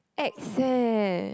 ex eh